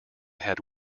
had